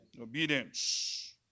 Obedience